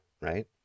right